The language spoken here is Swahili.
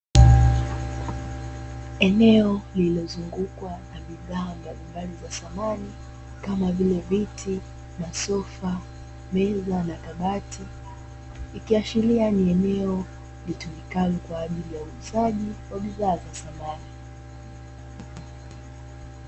Eneo lililozungukwa na bidhaa mbalimbali za samani, kama vile viti vya sofa, meza na kabati, ikiashiria ni eneo litumikalo kwa ajili ya uuzaji wa bidhaa za samani.